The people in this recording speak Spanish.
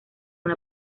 una